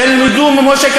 אני מודה לאדוני.